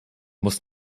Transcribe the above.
musst